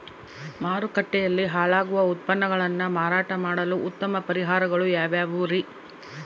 ಮಾರುಕಟ್ಟೆಯಲ್ಲಿ ಹಾಳಾಗುವ ಉತ್ಪನ್ನಗಳನ್ನ ಮಾರಾಟ ಮಾಡಲು ಉತ್ತಮ ಪರಿಹಾರಗಳು ಯಾವ್ಯಾವುರಿ?